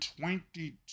twenty